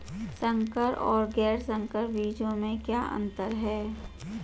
संकर और गैर संकर बीजों में क्या अंतर है?